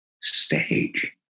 stage